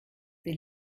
sie